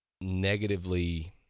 negatively